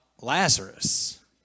Lazarus